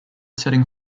setting